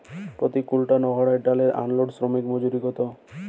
প্রতি কুইন্টল অড়হর ডাল আনলোডে শ্রমিক মজুরি কত?